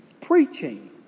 preaching